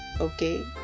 okay